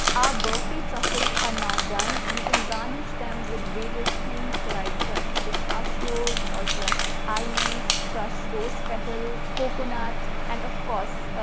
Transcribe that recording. ah burfi truffles are now done. you can garnish them with various things, like crushed pistachios or crushed almonds, crushed rose petals, coconut, and of course,